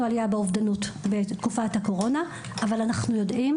אבל אנחנו יודעים,